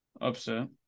upset